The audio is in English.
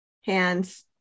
hands